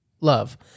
Love